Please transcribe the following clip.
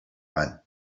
run